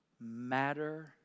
matter